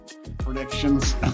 predictions